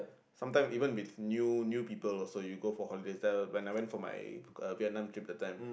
sometime even with new new people also you go for holidays the when I went for my uh Vietnam trip that time